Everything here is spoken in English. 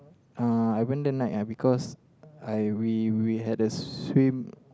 uh I went there night ah because I we we had a swim